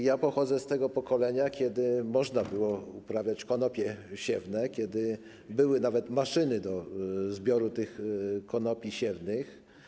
Ja pochodzę z tego pokolenia, kiedy można było uprawiać konopie siewne, kiedy były nawet maszyny do zbioru konopi siewnych.